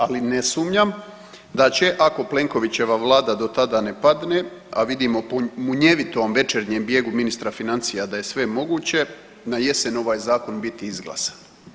Ali ne sumnjam da će, ako Plenkovićeva Vlada do tada ne padne a vidimo po munjevitom večernjem bijegu ministra financija da je sve moguće na jesen ovaj zakon biti izglasan.